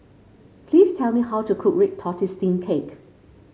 please tell me how to cook Red Tortoise Steamed Cake